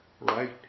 right